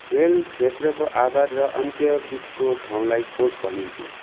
खेल क्षेत्रको आधार र अन्त्य बिचको ठाउँलाई कोर्ट भनिन्थ्यो